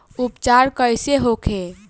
उपचार कईसे होखे?